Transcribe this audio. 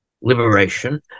liberation